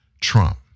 Trump